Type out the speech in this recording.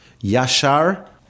Yashar